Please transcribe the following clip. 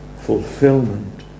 fulfillment